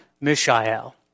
Mishael